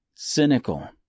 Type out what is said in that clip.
Cynical